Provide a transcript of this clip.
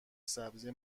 سبزی